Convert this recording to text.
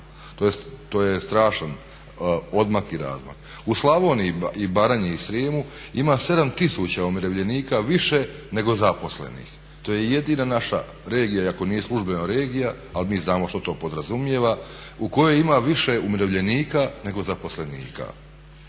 To je strašan odmak i razmak. U Slavoniji i Baranji i Srijemu ima 7000 umirovljenika više nego zaposlenih. To je jedina naša regija, iako nije službeno regija ali mi znamo što to podrazumijeva, u kojoj ima više umirovljenika nego zaposlenika.